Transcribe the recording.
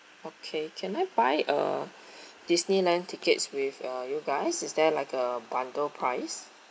okay can I buy uh disneyland tickets with uh you guys is there like a bundle price